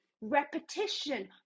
repetition